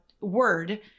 word